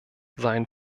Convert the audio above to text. sein